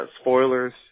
spoilers